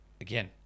Again